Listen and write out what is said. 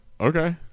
Okay